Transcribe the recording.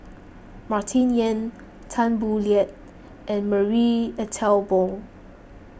Martin Yan Tan Boo Liat and Marie Ethel Bong